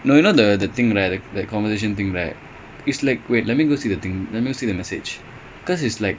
mmhmm